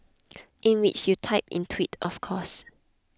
in which you typed in twit of course